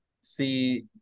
see